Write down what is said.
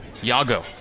Yago